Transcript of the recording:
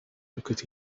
because